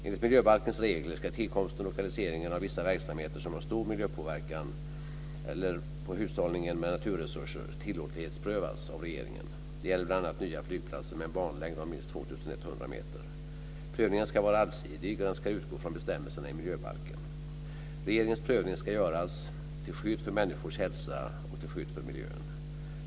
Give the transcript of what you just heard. Enligt miljöbalkens regler ska tillkomsten och lokaliseringen av vissa verksamheter som har stor påverkan på miljön eller hushållningen med naturresurser tillåtlighetsprövas av regeringen. Det gäller bl.a. nya flygplatser med en banlängd av minst 2 100 meter. Prövningen ska vara allsidig och den ska utgå från bestämmelserna i miljöbalken. Regeringens prövning ska göras till skydd för människors hälsa och miljön.